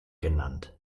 genannt